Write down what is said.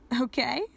Okay